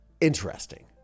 interesting